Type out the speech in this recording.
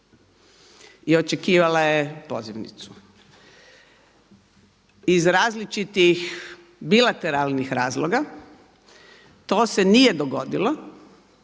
i očekivala je pozivnicu. Iz različitih bilateralnih razloga to se nije dogodilo